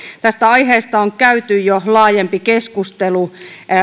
tästä aiheesta on jo käyty laajempi keskustelu